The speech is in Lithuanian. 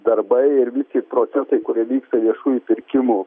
darbai ir visi procesai kurie vyksta viešųjų pirkimų